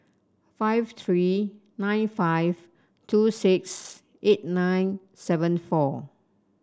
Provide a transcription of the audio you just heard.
five three nine five two six eight nine seven four